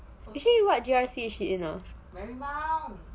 actually what G_R_C is she in ah